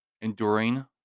enduring